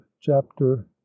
chapter